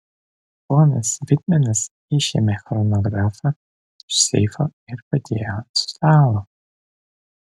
ponas vitmenas išėmė chronografą iš seifo ir padėjo ant stalo